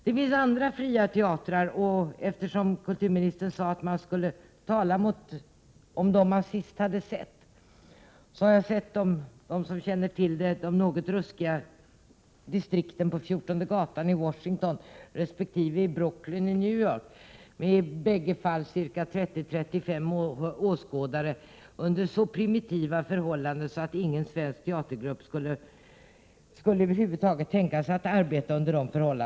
Det finns andra fria teatrar, och eftersom kulturministern sade att man skulle tala om de föreställningar man senast hade sett, så kan jag nämna att jag i de något ruskiga distrikten vid 14:e gatan i New York resp. Brooklyn, med ca 30-35 åskådare närvarande, sett föreställningar under så primitiva förhållanden att ingen svensk teatergrupp över huvud taget skulle kunna tänka sig något liknande som arbetsmiljö.